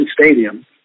stadium